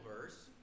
verse